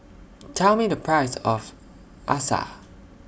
Tell Me The Price of